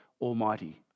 Almighty